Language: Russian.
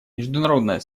международное